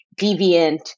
deviant